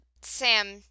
Sam